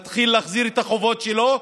להתחיל להחזיר את החובות שלו,